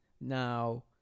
Now